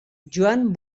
joan